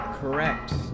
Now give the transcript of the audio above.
Correct